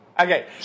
Okay